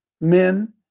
men